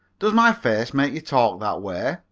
does my face make you talk that way?